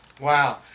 Wow